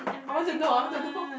I want to know I want to know